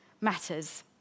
matters